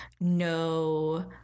no